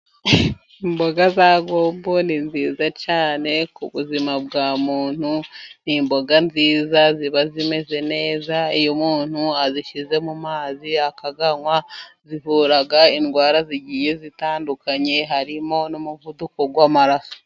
Imboga za gobo ni nziza cyane. Ku buzima bwa muntu. Ni Imboga nziza ziba zimeze neza. Iyo umuntu azishyize mu mazi akayanywa. Zivura indwara zigiye zitandukanye ,harimo n'umuvuduko w'amaraso.